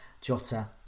Jota